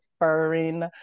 referring